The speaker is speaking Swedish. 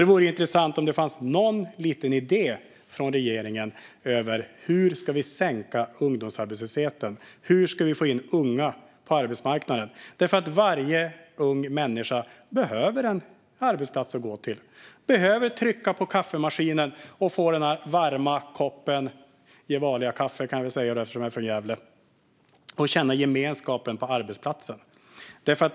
Det vore intressant om det fanns någon liten idé hos regeringen om hur vi ska sänka ungdomsarbetslösheten och hur vi ska få in unga på arbetsmarknaden. Varje ung människa behöver en arbetsplats att gå till, få trycka på kaffemaskinen och få en varm kopp Gevaliakaffe - jag säger Gevalia för att jag kommer från Gävle - och känna gemenskapen på arbetsplatsen.